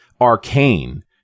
arcane